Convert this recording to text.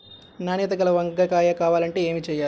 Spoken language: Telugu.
నాణ్యత గల వంగ కాయ కావాలంటే ఏమి చెయ్యాలి?